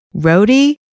roadie